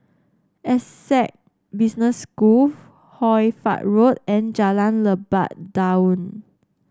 Essec Business School Hoy Fatt Road and Jalan Lebat Daun